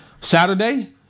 Saturday